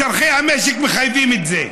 צורכי המשק מחייבים את זה.